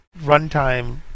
runtime